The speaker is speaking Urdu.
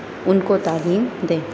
ان کو تعلیم دیں